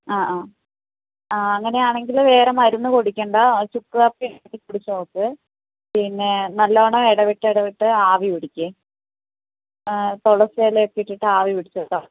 ആ ആ അങ്ങനെ ആണെങ്കിൽ വേറെ മരുന്ന് കുടിക്കേണ്ട ചുക്ക് കാപ്പി കുടിച്ച് നോക്ക് പിന്നെ നല്ലവണ്ണം ഇടവിട്ട് ഇടവിട്ട് ആവി പിടിക്ക് തുളസിയില ഒക്കെ ഇട്ടിട്ട് ആവി പിടിച്ച് നോക്ക്